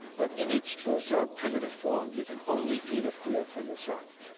but in it's true sort of primitive form, you can only feel a fear for yourself.